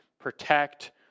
protect